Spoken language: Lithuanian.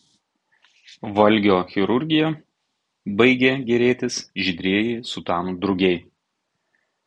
valgio chirurgija baigė gėrėtis žydrieji sutanų drugiai